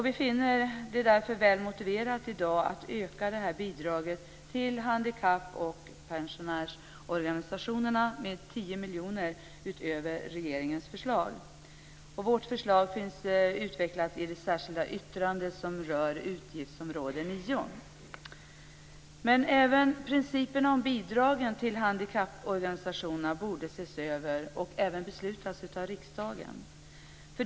Vi finner det därför väl motiverat i dag att öka det här bidraget till handikapp och pensionärsorganisationerna med 10 miljoner utöver regeringens förslag. Vårt förslag finns utvecklat i det särskilda yttrandet som rör utgiftsområde 9. Men även principen om bidragen till handikapporganisationerna borde ses över, och riksdagen borde även besluta om detta.